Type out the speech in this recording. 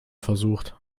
versucht